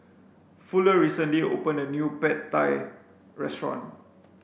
Fuller recently opened a new Pad Thai restaurant